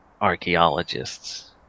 archaeologists